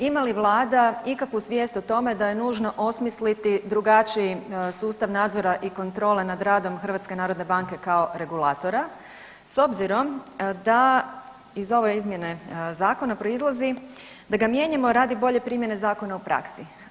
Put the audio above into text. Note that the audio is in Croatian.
Ima li Vlada ikakvu svijest o tome da je nužno osmisliti drugačiji sustav nadzora i kontrole nad radom HNB-om kao regulatora s obzirom da iz ove izmjene Zakona proizlazi da ga mijenjamo radi bolje primjene zakona u praksi.